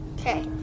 Okay